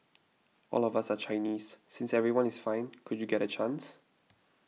all of us are Chinese since everyone is fine could you get a chance